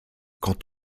quant